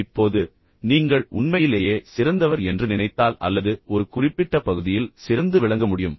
இப்போது நீங்கள் உண்மையிலேயே சிறந்தவர் என்று நினைத்தால் அல்லது ஒரு குறிப்பிட்ட பகுதியில் சிறந்து விளங்க முடியும்